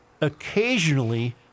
occasionally